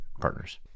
partners